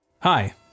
Hi